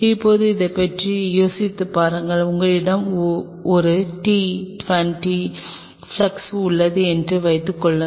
இப்போது இதைப் பற்றி யோசித்துப் பாருங்கள் உங்களிடம் ஒரு t 20 ஃபிளாஸ்க் உள்ளது என்று வைத்துக்கொள்வோம்